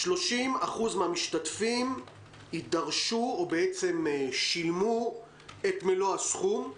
30% מן המשתתפים שילמו את מלוא הסכום,